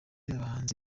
abahanzi